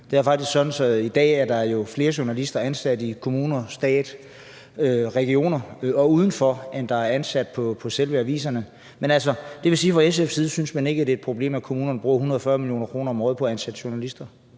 i dag er flere journalister ansat i kommunerne, regionerne og staten, end der er ansat på selve aviserne. Men det vil altså sige, at fra SF's side synes man ikke, det er et problem, at kommunerne bruger 140 mio. kr. om året på at ansætte journalister.